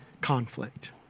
conflict